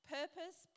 purpose